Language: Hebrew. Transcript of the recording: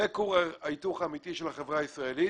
זה כור ההיתוך האמתי של החברה הישראלית.